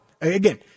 Again